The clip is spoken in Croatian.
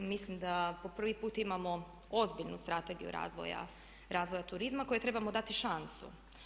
Mislim da po prvi put imamo ozbiljnu Strategiju razvoja turizma kojoj trebamo dati šansu.